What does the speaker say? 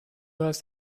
hast